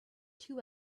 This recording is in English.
two